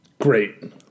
great